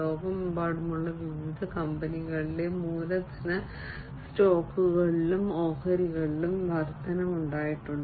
ലോകമെമ്പാടുമുള്ള വിവിധ കമ്പനികളിലെ മൂലധന സ്റ്റോക്കുകളിലും ഓഹരികളിലും വർധനവുണ്ടായിട്ടുണ്ട്